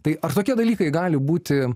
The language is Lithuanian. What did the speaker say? tai ar tokie dalykai gali būti